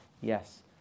Yes